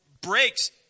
breaks